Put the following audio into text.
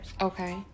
Okay